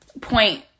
point